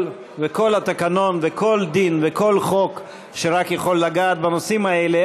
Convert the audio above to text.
וכל התקנון וכל דין וכל חוק שרק יכול לגעת בנושאים האלה,